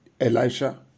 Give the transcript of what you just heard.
Elisha